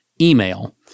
email